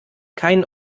keinen